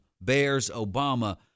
Bears-Obama